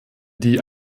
die